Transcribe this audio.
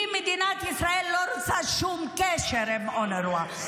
כי מדינת ישראל לא רוצה שום קשר עם אונר"א,